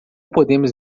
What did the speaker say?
podemos